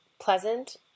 pleasant